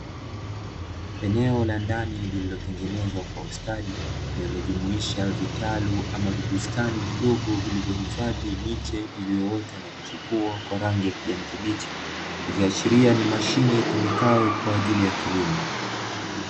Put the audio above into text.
Eneo la ndani lililotengenezwa kwa ustadi, linalojumuisha vitalu ama vibustani vidogo vilivyohifadhi miche iliyoota na kuchipua kwa rangi ya kijani kibichi; ikiashiria ni mashine itumikayo kwa ajili ya kilimo.